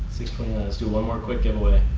six twenty nine, let's do one more quick giveaway.